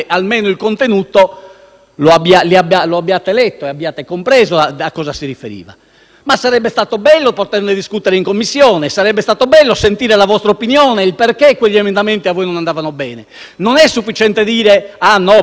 lo abbiate letto e abbiate compreso a cosa si riferiva e sarebbe stato bello poterne discutere in Commissione. Sarebbe stato bello sentire la vostra opinione e capire perché quegli emendamenti a voi non andavano bene. Non è sufficiente dire che volevate